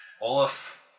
Olaf